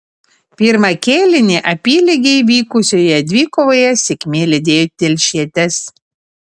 pirmą kėlinį apylygiai vykusioje dvikovoje sėkmė lydėjo telšietes